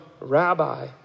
rabbi